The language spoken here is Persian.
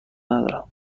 ندارم